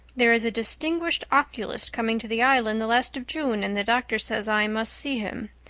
there is a distinguished oculist coming to the island the last of june and the doctor says i must see him.